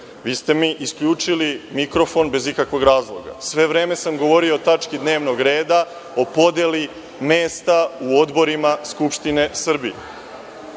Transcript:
vi ste mi isključili mikrofon bez ikakvog razloga. Sve vreme sam govorio o tački dnevnog reda, o podeli mesta u odborima Skupštine Srbije.